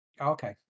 Okay